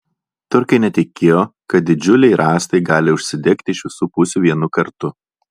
turkai netikėjo kad didžiuliai rąstai gali užsidegti iš visų pusių vienu kartu